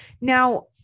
Now